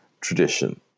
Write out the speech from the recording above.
tradition